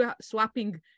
swapping